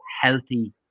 healthy